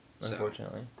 Unfortunately